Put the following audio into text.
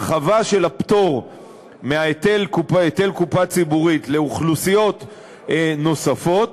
הרחבה של הפטור מהיטל קופה ציבורית לאוכלוסיות נוספות,